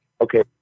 okay